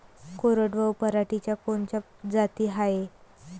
कोरडवाहू पराटीच्या कोनच्या जाती हाये?